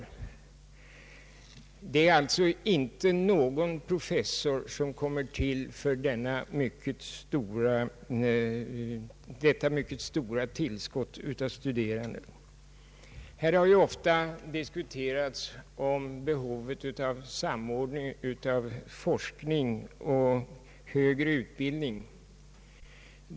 Det tillkommer alltså inte någon professur för detta mycket stora tillskott av studerande. Här har ofta diskuterats behovet av samordning av forskning och högre utbildning.